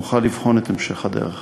נוכל לבחון את המשך הדרך.